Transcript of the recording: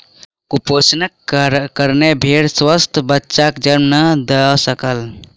कुपोषणक कारणेँ भेड़ स्वस्थ बच्चाक जन्म नहीं दय सकल